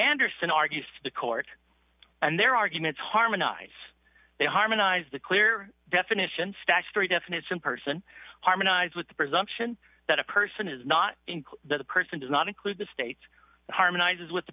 andersen argues the court and their arguments harmonize they harmonize the clear definition statutory definite some person harmonize with the presumption that a person is not include the person does not include the state's harmonizes with the